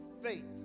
faith